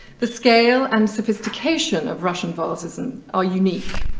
the scale and sophistication of russian vases and are unique.